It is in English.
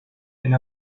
and